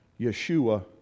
Yeshua